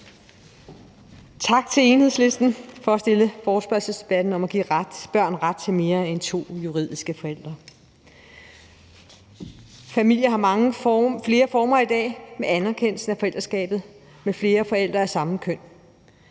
Tak til Enhedslisten for at rejse forespørgselsdebatten om at give børn ret til mere end to juridiske forældre. Familier har mange flere former i dag med anerkendelsen af forældreskabet med flere forældre af samme køn.